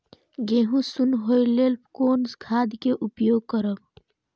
गेहूँ सुन होय लेल कोन खाद के उपयोग करब?